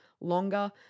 longer